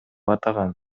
атаган